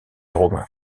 romains